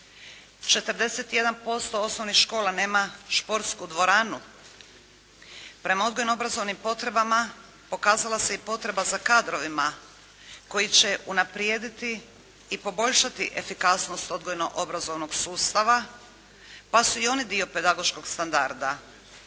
41% osnovnih škola nema športsku dvoranu. Prema odgojno-obrazovnim potrebama pokazala se i potreba za kadrovima koji će unaprijediti i poboljšati efikasnost odgojno-obrazovnog sustava, pa su i oni dio pedagoškog standarda.